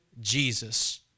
Jesus